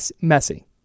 messy